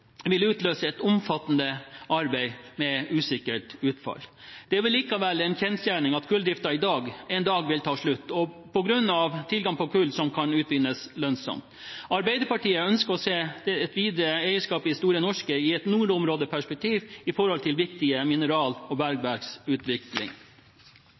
vil utløse et omfattende arbeid med usikkert utfall. Det er likevel en kjensgjerning at kulldriften en dag vil ta slutt, på grunn av tilgang på kull som kan utvinnes lønnsomt. Arbeiderpartiet ønsker å se et videre eierskap i Store Norske i et nordområdeperspektiv i forhold til viktig mineral- og bergverksutvikling.